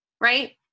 right